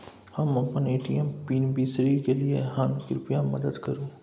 हम अपन ATM PIN बिसरि गलियै हन, कृपया मदद करु